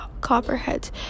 Copperheads